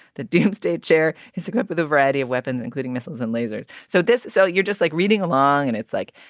the doomsday chair is equipped with a variety of weapons, including missiles and lasers. so this. so you're just like reading along and it's like,